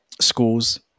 schools